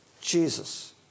Jesus